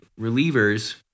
relievers